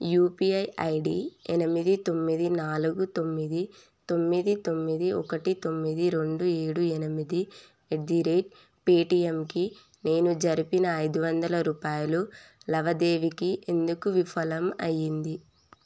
UPI ID ఎనిమిది తొమ్మిది నాలుగు తొమ్మిది తొమ్మిది తొమ్మిది ఒకటి తొమ్మిది రెండు ఏడు ఎనిమిది ఎట్ ద రేట్ పేటియంకి నేను జరిపిన ఐదు వందల రూపాయలు లావాదేవీకి ఎందుకు విఫలం అయింది